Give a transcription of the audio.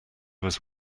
was